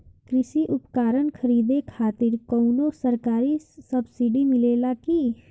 कृषी उपकरण खरीदे खातिर कउनो सरकारी सब्सीडी मिलेला की?